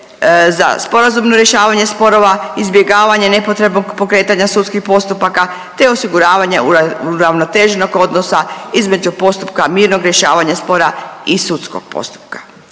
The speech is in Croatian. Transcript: za sporazumno rješavanje sporova, izbjegavanje nepotrebnog pokretanja sudskih postupaka te osiguravanje uravnoteženog odnosa između postupka mirnog rješavanja spora i sudskog postupka.